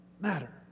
matter